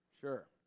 sure